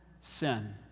sin